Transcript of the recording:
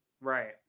Right